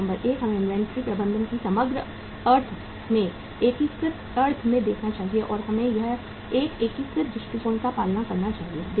तो नंबर 1 हमें इन्वेंट्री प्रबंधन को समग्र अर्थ में एकीकृत अर्थ में देखना चाहिए और हमें एक एकीकृत दृष्टिकोण का पालन करना चाहिए